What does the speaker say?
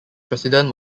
president